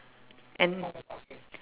and